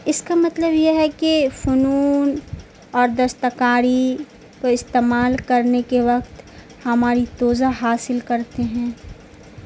اس کا مطلب یہ ہے کہ فنون اور دستکاری کو استعمال کرنے کے وقت ہماری توجہ حاصل کرتے ہیں